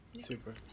Super